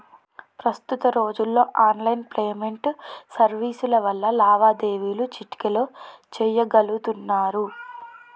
ప్రస్తుత రోజుల్లో online payment సర్వీసుల వల్ల లావాదేవీలు చిటికెలో చెయ్యగలుతున్నరు